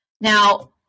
Now